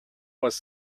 was